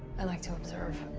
i'd like to observe.